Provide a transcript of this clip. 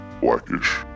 blackish